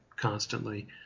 constantly